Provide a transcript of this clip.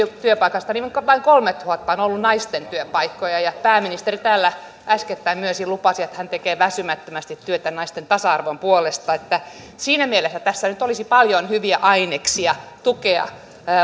työpaikasta vain kolmetuhatta on ollut naisten työpaikkoja ja pääministeri täällä äskettäin myös jo lupasi että hän tekee väsymättömästi työtä naisten tasa arvon puolesta siinä mielessä tässä olisi nyt paljon hyviä aineksia tukea